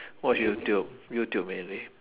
watch youtube youtube mainly